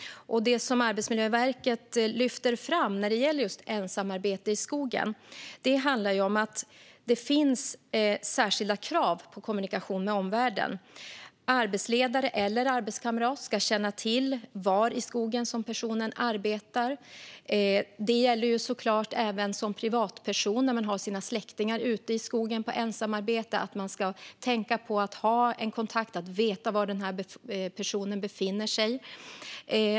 Det Arbetsmiljöverket lyfter fram när det gäller just ensamarbete i skogen är att det finns särskilda krav på kommunikation med omvärlden. Arbetsledare eller arbetskamrat ska känna till var i skogen personen arbetar, och det gäller såklart även som privatperson - när släktingar är ute på ensamarbete i skogen ska man tänka på att ha en kontakt och veta var den här personen befinner sig.